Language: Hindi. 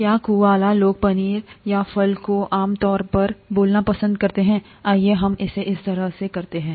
क्या कुआला लोग पनीर या फल को आम तौर पर बोलना पसंद करते हैं आइए हम इसे इस तरह से करते हैं